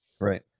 Right